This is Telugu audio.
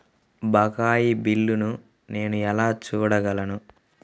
బకాయి బిల్లును నేను ఎలా చూడగలను?